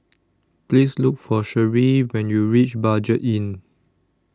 Please Look For Sharif when YOU REACH Budget Inn